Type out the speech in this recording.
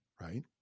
right